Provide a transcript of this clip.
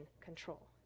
control